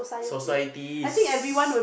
societies